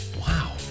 Wow